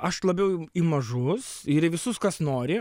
aš labiau į mažus ir į visus kas nori